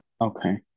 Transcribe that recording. Okay